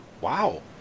wow